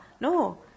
No